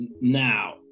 Now